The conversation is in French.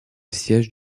siège